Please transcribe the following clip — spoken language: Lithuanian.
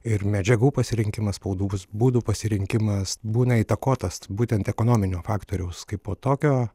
ir medžiagų pasirinkimas spaudos būdo pasirinkimas būna įtakotas būtent ekonominio faktoriaus kaipo tokio